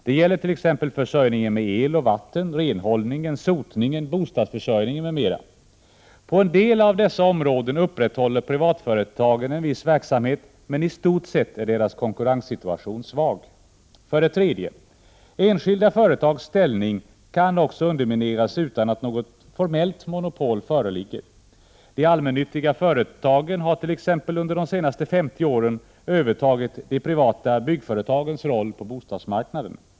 Det gäller t.ex. försörjningen med el och vatten, renhållningen, sotningen och bostadsförsörjningen. På en del av dessa områden upprätthåller privatföretagen en viss verksamhet, men i stort sett är deras konkurrenssituation svag. 3. Enskilda företags ställning kan också undermineras utan att något formellt monopol föreligger. De allmännyttiga företagen har t.ex. under de senaste 50 åren övertagit de privata byggföretagens roll på bostadsmarknaden.